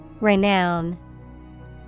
Renown